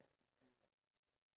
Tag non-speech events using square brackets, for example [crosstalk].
cat [breath]